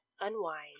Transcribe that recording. unwind